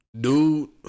Dude